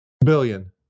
Billion